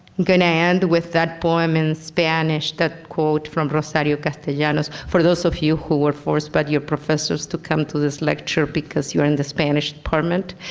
gonna end with that poem in spanish, that quote from rosario castellanos for those of you who were forced by but your professors to come to this lecture because you're in the spanish department.